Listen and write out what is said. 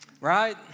right